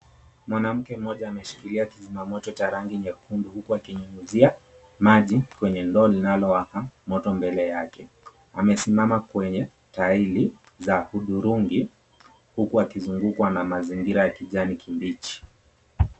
Mwanamke mmoja ameshikila kizima moto cha rangi nyekundu huku akinyunyizia maji kwenye ndoo linalowaka mbele yake. Amesimama kwenye taili za hudhurungi huku akizungukwa na mazingira ya kijani kibichi.